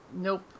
Nope